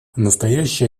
настоящая